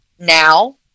now